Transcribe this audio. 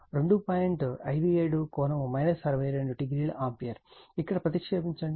57∠ 62o ampere ఇక్కడ ప్రతిక్షేపించండి